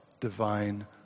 divine